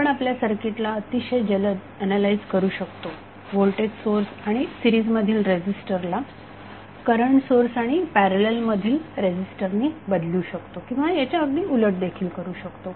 आपण आपल्या सर्किटला अतिशय जलद ऍनालाइज करू शकतो व्होल्टेज सोर्स आणि सिरीज मधील रेझीस्टरला करंट सोर्स आणि पॅरलल मधील रेझीस्टरने बदलू शकतो किंवा याच्या अगदी उलट देखील करू शकतो